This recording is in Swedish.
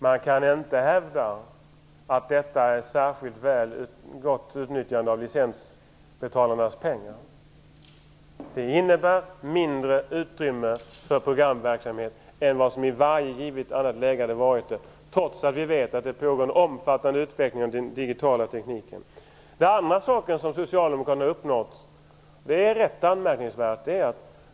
Man kan inte hävda att detta är ett särskilt gott utnyttjande av licensbetalarnas pengar. Det innebär mindre utrymme för programverksamhet än vad som hade varit fallet i varje annat läge, trots att vi vet att det pågår en omfattande utveckling av den digitala tekniken. Det andra som socialdemokraterna har uppnått är rätt anmärkningsvärt.